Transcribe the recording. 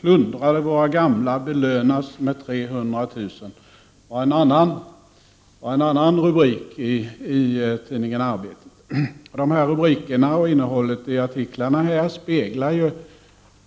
”Plundrade våra gamla, belönas med 300 000”, var en annan rubrik i tidningen Arbetet. De här rubrikerna och innehållet i artiklarna speglar